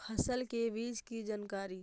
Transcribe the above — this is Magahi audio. फसल के बीज की जानकारी?